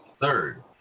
third